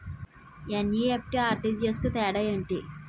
NEFT, RTGS కు తేడా ఏంటి?